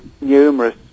numerous